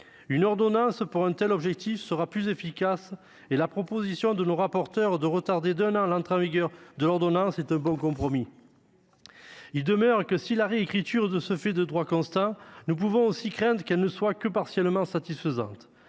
efficace pour un tel objectif et la proposition de nos rapporteures de retarder d'un an l'entrée en vigueur de l'ordonnance est un bon compromis. Il demeure que, si la réécriture se fait à droit constant, nous pouvons aussi craindre qu'elle ne soit que partiellement satisfaisante.